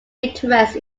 interest